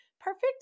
perfect